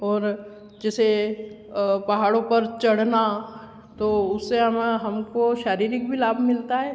और जैसे पहाड़ों पर चढ़ना तो उसे हमा हमको शारीरिक भी लाभ मिलता है